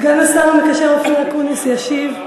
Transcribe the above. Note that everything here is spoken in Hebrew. סגן השר המקשר אופיר אקוניס ישיב.